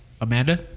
Amanda